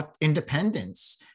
independence